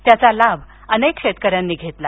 त्याचा लाभ अनेक शेतकऱ्यांनी घेतला